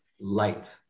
light